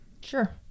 Sure